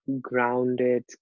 grounded